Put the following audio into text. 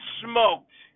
smoked